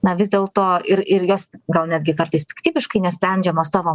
na vis dėlto ir ir jos gal netgi kartais piktybiškai nesprendžiamos tavo